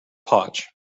potch